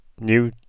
new